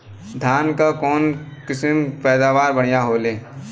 धान क कऊन कसमक पैदावार बढ़िया होले?